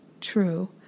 true